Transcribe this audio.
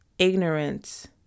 Ignorance